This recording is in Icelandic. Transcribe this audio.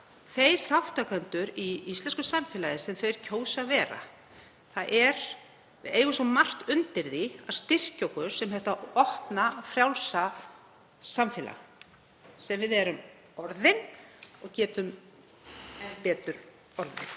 þeir þátttakendur í íslensku samfélagi sem það kýs að vera. Við eigum svo margt undir því að styrkja okkur sem það opna og frjálsa samfélag sem við erum orðin og getum betur orðið.